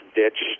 ditch